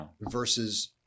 versus